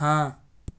ہاں